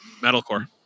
Metalcore